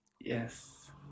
Yes